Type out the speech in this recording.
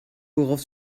worauf